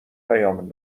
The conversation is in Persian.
پیام